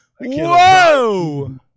Whoa